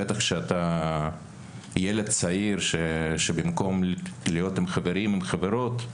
בטח שאתה ילד צעיר שבמקום להיות עם חברים וחברות,